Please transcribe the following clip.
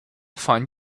find